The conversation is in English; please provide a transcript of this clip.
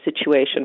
situation